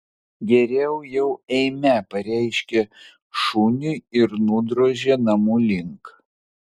geriau jau eime pareiškė šuniui ir nudrožė namų link